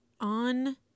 on